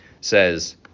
says